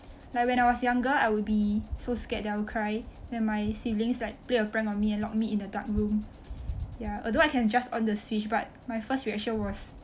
like when I was younger I would be so scared that I will cry that my siblings like play a prank on me and locked me in the dark room ya although I can just on the switch but my first reaction was